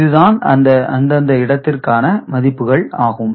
இதுதான் அந்தந்த இடத்திற்கான மதிப்புகள் ஆகும்